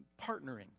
partnering